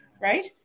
right